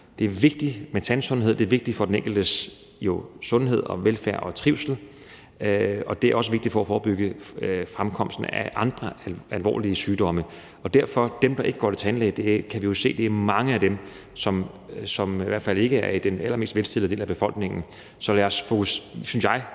det er vigtigt med tandsundhed. Det er vigtigt for den enkeltes sundhed, velfærd og trivsel, og det er også vigtigt for at forebygge fremkomsten af andre alvorlige sygdomme. Vi kan jo i hvert fald se, at mange af dem, der ikke går til tandlæge, ikke hører til den allermest velstillede del af befolkningen – så lad os fokusere kræfterne